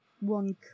one